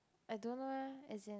I don't know eh as in